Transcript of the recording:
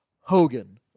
Hogan